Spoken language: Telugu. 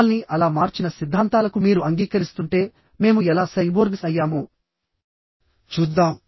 మమ్మల్ని అలా మార్చిన సిద్ధాంతాలకు మీరు అంగీకరిస్తుంటే మేము ఎలా సైబోర్గ్స్ అయ్యామో చూద్దాం